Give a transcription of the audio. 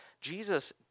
Jesus